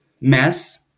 mess